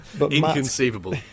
Inconceivable